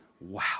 Wow